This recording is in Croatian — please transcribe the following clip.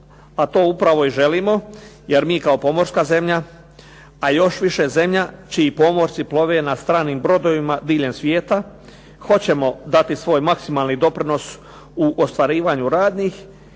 a to upravo i želimo jer mi kao pomorska zemlja a još više zemlja čiji pomorci plove na stranim brodovima diljem svijeta hoćemo dati svoj maksimalni doprinos u ostvarivanju radnih